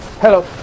Hello